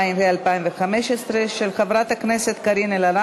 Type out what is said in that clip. וגילוי עניינים של חברי הכנסת והשרים,